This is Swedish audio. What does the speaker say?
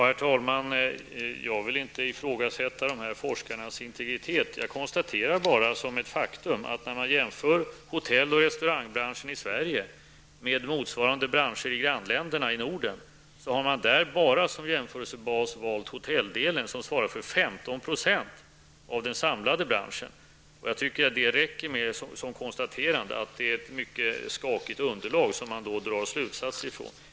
Herr talman! Jag vill inte ifrågasätta dessa forskares integritet. Jag konstaterar bara som ett faktum att man vid jämförelsen av hotell och restaurangbranschen i Sverige med motsvarande branscher i grannländerna i Norden som jämförelsebas endast har valt hotelldelen, som svarar för 15 % av den samlade branschen. Jag tycker att det räcker för att konstatera att det är ett mycket skakigt underlag som man då drar slutsatser av.